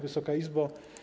Wysoka Izbo!